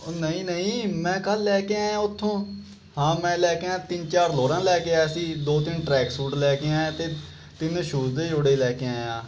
ਉਹ ਨਹੀਂ ਨਹੀਂ ਮੈਂ ਕੱਲ੍ਹ ਲੈ ਕੇ ਆਇਆ ਉਥੋਂ ਹਾਂ ਮੈਂ ਲੈ ਕੇ ਆਇਆ ਤਿੰਨ ਚਾਰ ਲੋਅਰਾਂ ਲੈ ਕੇ ਆਇਆ ਸੀ ਦੋ ਤਿੰਨ ਟਰੈਕ ਸੂਟ ਲੈ ਕੇ ਆਇਆ ਅਤੇ ਤਿੰਨ ਸ਼ੂਜ਼ ਦੇ ਜੋੜੇ ਲੈ ਕੇ ਆਇਆ